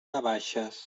navaixes